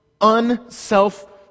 unself